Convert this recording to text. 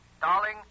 Darling